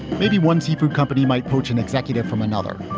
maybe one seafood company might poach an executive from another.